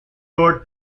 road